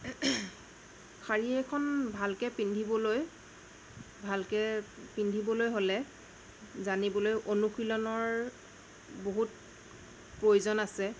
শাৰী এখন ভালকৈ পিন্ধিবলৈ ভালকৈ পিন্ধিবলৈ হ'লে জানিবলৈ অনুশীলনৰ বহুত প্ৰয়োজন আছে